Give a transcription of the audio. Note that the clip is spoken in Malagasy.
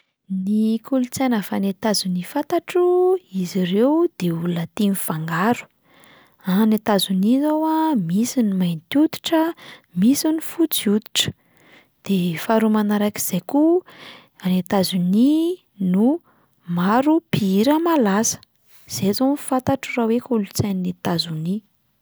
Ny kolontsaina avy any Etazonia fantatro: izy ireo de olona tia mifangaro, any Etazonia izao a misy ny mainty hoditra, misy ny fotsy hoditra; de faharoa manarak'izay koa any Etazonia no maro mpihira malaza. zay izao no fantatro raha hoe kolontsain'i Etazonia.